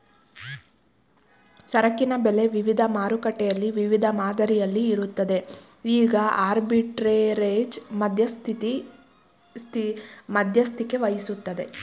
ಸರಕಿನ ಬೆಲೆ ವಿವಿಧ ಮಾರುಕಟ್ಟೆಯಲ್ಲಿ ವಿವಿಧ ಮಾದರಿಯಲ್ಲಿ ಇರುತ್ತದೆ ಈಗ ಆರ್ಬಿಟ್ರೆರೇಜ್ ಮಧ್ಯಸ್ಥಿಕೆವಹಿಸತ್ತರೆ